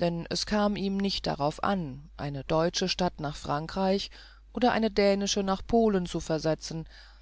denn es kam ihm nicht darauf an eine deutsche stadt nach frankreich oder eine dänische nach polen zu versetzen